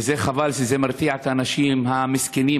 וחבל שזה מרתיע את האנשים המסכנים,